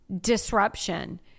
disruption